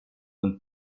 und